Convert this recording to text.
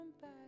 back